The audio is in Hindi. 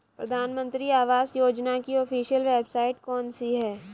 प्रधानमंत्री आवास योजना की ऑफिशियल वेबसाइट कौन सी है?